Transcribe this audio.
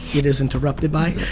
it is interrupted by.